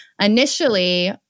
Initially